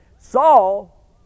Saul